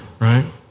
right